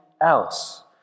else